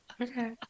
Okay